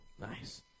Nice